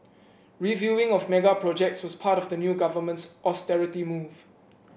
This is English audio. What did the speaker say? reviewing of mega projects was part of the new government's austerity move